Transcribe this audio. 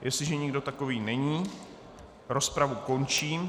Jestliže nikdo takový není, rozpravu končím.